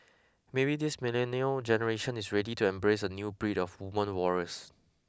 maybe this millennial generation is ready to embrace a new breed of woman warriors